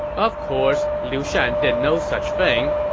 of course, liu shan did no such thing,